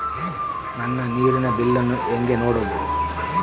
ನನ್ನ ನೇರಿನ ಬಿಲ್ಲನ್ನು ಹೆಂಗ ನೋಡದು?